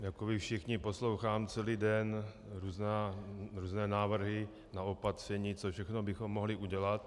Jako vy všichni poslouchám celý den různé návrhy na opatření, co všechno bychom mohli udělat.